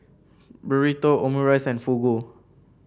Burrito Omurice and Fugu